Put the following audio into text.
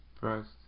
first